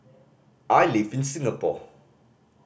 I live in Singapore